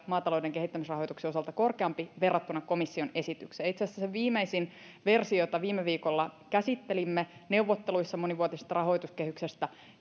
maatalouden kehittämisrahoituksen osalta kaksi pilkku viisi miljardia korkeampi verrattuna komission esitykseen itse asiassa siinä viimeisimmässä versiossa jota viime viikolla käsittelimme neuvotteluissa monivuotisesta rahoituskehyksestä